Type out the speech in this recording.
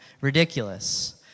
ridiculous